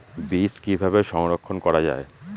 বীজ কিভাবে সংরক্ষণ করা যায়?